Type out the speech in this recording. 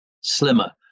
slimmer